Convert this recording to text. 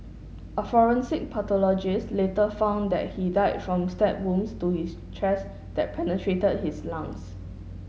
a forensic pathologist later found that he died from stab wounds to his chest that penetrated his lungs